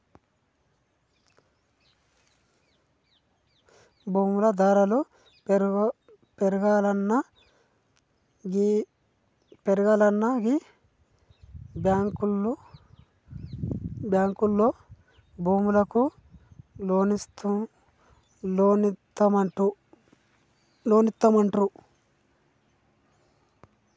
భూముల ధరలు పెరుగాల్ననా గీ బాంకులోల్లు భూములకు లోన్లిత్తమంటుండ్రు